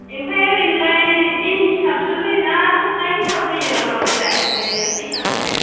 ओमफ्राय ओरैनोलाय दिन हिसाबसो होयोना सप्ता हिसाब होयो माबाखौलाय ए फैसाखोलाय